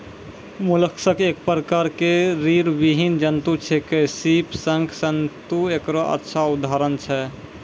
mollusc एक प्रकार के रीड़विहीन जंतु छेकै, सीप, शंख, सित्तु एकरो अच्छा उदाहरण छै